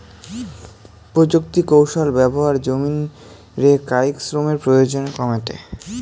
প্রযুক্তিকৌশল ব্যবহার জমিন রে কায়িক শ্রমের প্রয়োজন কমেঠে